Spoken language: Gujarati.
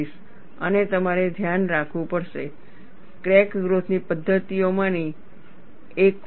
અને તમારે ધ્યાનમાં રાખવું પડશે ક્રેક ગ્રોથ ની પદ્ધતિઓમાંની એક ફટીગ છે